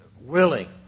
willing